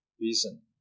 reason